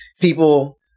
people